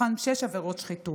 מתוכן שש עבירות שחיתות.